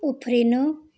उफ्रिनु